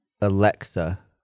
Alexa